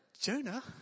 Jonah